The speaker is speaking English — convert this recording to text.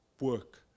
work